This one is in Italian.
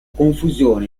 confusione